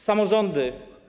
Samorządy.